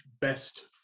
best